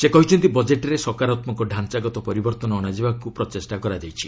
ସେ କହିଛନ୍ତି ବଜେଟ୍ରେ ସକାରାତ୍କକ ଡାଞ୍ଚାଗତ ପରିବର୍ତ୍ତନ ଅଣାଯିବାକୁ ପ୍ରଚେଷ୍ଟା କରାଯାଇଛି